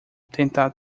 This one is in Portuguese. tentar